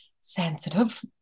sensitive